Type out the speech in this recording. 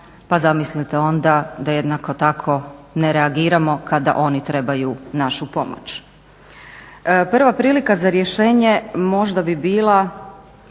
pa zamislite onda da jednako tako ne reagiramo kada oni trebaju našu pomoć. Prva prilika za rješenje možda bi bila